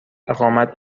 اقامت